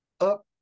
up